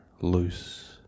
loose